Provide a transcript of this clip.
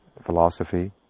philosophy